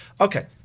Okay